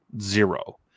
zero